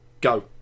Go